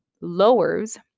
lowers